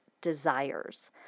desires